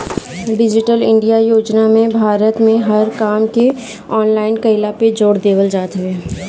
digital India योजना में भारत में हर काम के ऑनलाइन कईला पे जोर देवल जात हवे